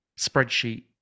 spreadsheet